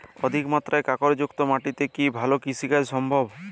অধিকমাত্রায় কাঁকরযুক্ত মাটিতে কি ভালো কৃষিকাজ সম্ভব?